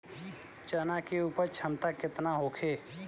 चना के उपज क्षमता केतना होखे?